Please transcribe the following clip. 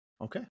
Okay